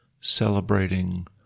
celebrating